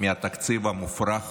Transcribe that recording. מהתקציב המופרך